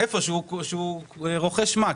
כשהוא רוכש מה?